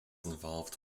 involved